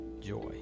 joy